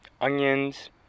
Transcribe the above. onions